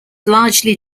largely